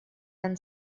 and